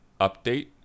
update